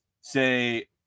say